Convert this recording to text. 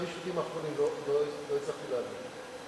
את שני המשפטים האחרונים לא הצלחתי להבין.